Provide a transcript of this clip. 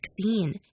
vaccine